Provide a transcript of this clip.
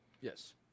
Yes